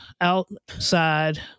outside